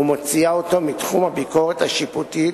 ומוציאה אותו מתחום הביקורת השיפוטית